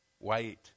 wait